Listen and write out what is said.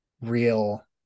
real